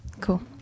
cool